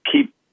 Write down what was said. keep